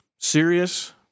serious